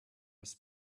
his